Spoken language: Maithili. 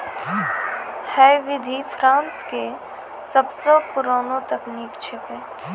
है विधि फ्रांस के सबसो पुरानो तकनीक छेकै